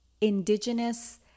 indigenous